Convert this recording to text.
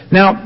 Now